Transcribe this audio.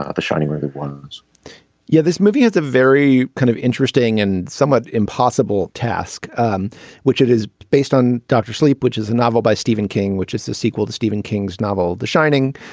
ah the shining ones yeah this movie has a very kind of interesting and somewhat impossible task um which it is based on doctor sleep which is a novel by stephen king which is the sequel to stephen king's novel the shining.